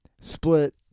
split